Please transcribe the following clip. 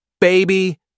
baby